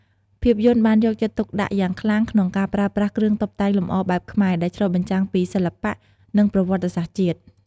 ភាពយន្តបានយកចិត្តទុកដាក់យ៉ាងខ្លាំងក្នុងការប្រើប្រាស់ គ្រឿងតុបតែងលម្អបែបខ្មែរ ដែលឆ្លុះបញ្ចាំងពីសិល្បៈ និងប្រវត្តិសាស្ត្រជាតិ។